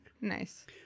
Nice